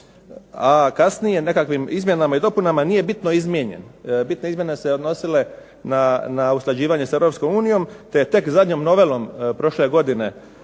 a kasnije nekakvim izmjenama i dopunama nije bitno izmijenjen. Bitne izmjene su se odnosile na usklađivanje s Europskom unijom, te tek zadnjom novelom prošle godine